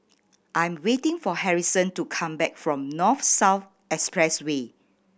I'm waiting for Harrison to come back from North South Expressway